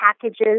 packages